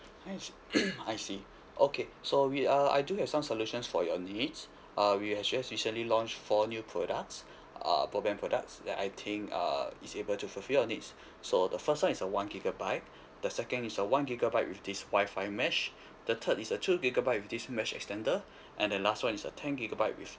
I see okay so we are I do have some solutions for your needs uh we has just recently launched four new products uh broadband products that I think err is able to fulfil your needs so the first one is a one gigabyte the second is a one gigabyte with this wi-fi mesh the third is a two gigabyte with this mesh extender and the last one is a ten gigabyte with